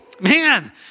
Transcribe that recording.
Man